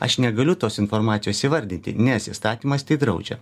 aš negaliu tos informacijos įvardyti nes įstatymas tai draudžia